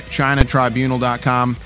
chinatribunal.com